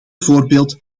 voorbeeld